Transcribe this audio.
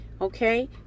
okay